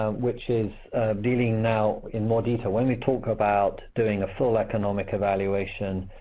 um which is dealing now in more detail. when we talk about doing a full economic evaluation,